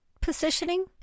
positioning